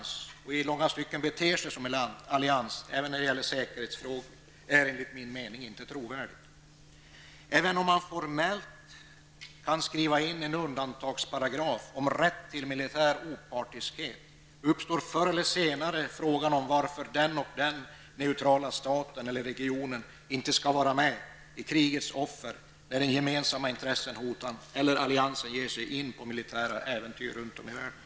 I långa stycken handlar det om en organisation som också beter sig som en allians när det gäller säkerhetsfrågor. Detta är inte trovärdigt. Även om man formellt kan skriva in en undantagsparagraf om rätt till militär opartiskhet uppstår förr eller senare frågan om varför den och den neutrala staten eller regionen inte skall så att säga vara med i krigets offer när gemensamma ekonomiska intressen hotas eller när alliansen ger sig in på militära äventyr runt om i världen.